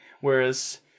whereas